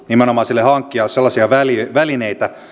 nimenomaan sille hankkijalle sellaisia välineitä